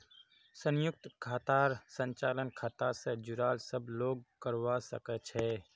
संयुक्त खातार संचालन खाता स जुराल सब लोग करवा सके छै